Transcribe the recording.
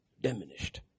diminished